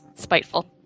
spiteful